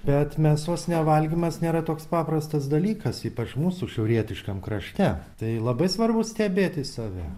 bet mėsos nevalgymas nėra toks paprastas dalykas ypač mūsų šiaurietiškam krašte tai labai svarbu stebėti save